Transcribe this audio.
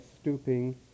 stooping